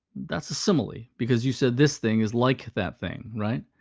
that's a simile, because you said this thing is like that thing. right?